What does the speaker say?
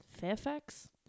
Fairfax